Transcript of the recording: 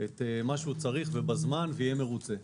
את מה שהוא צריך בזמן ויהיה מרוצה.